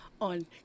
on